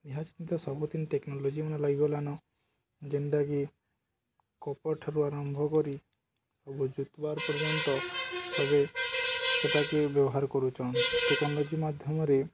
ନିହାତି ତ ସବୁଦିନ ଟେକ୍ନୋଲୋଜି ମାନେ ଲାଗିଗଲାନ ଯେନ୍ଟାକି କପଡ଼ ଠାରୁ ଆରମ୍ଭ କରି ସବୁ ଜୁତବାର ପର୍ଯ୍ୟନ୍ତ ସବେ ସେଟାକେ ବ୍ୟବହାର କରୁଚନ୍ ଟେକ୍ନୋଲୋଜି ମାଧ୍ୟମରେ